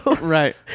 Right